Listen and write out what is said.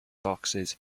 boxes